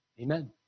Amen